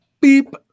Beep